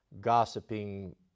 gossiping